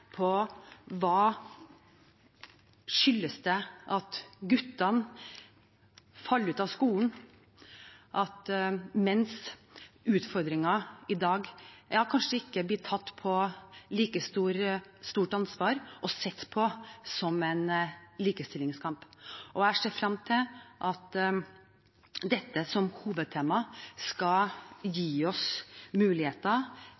på hva det skyldes at guttene faller ut av skolen, at menns utfordringer i dag kanskje ikke blir tatt med et like stort ansvar og sett på som en likestillingskamp. Jeg ser frem til at dette som hovedtema skal